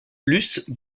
luce